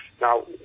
Now